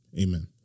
amen